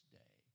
day